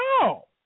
no